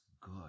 good